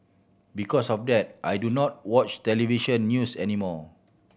because of that I do not watch television news anymore